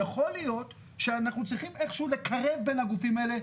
יכול להיות שאנחנו צריכים איכשהו לקרב בין הגופים האלה,